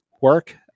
work